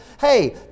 Hey